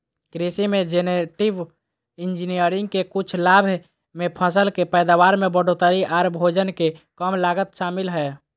कृषि मे genetic engineering के कुछ लाभ मे फसल के पैदावार में बढ़ोतरी आर भोजन के कम लागत शामिल हय